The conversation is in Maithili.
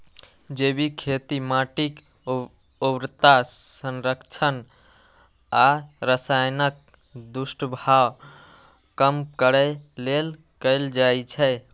जैविक खेती माटिक उर्वरता संरक्षण आ रसायनक दुष्प्रभाव कम करै लेल कैल जाइ छै